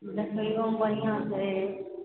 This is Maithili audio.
देखैओमे बढ़िआँ छै